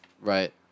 Right